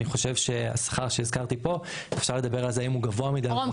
אני חושב שהשכר שהזכרתי פה אפשר לדבר על זה האם הוא גבוה מדי -- רום,